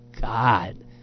God